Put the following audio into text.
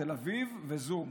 תל אביב וזום.